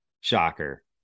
shocker